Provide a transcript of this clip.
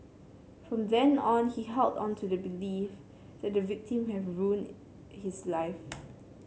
from then on he held on to the belief that the victim have ruined his life